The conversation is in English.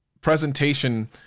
presentation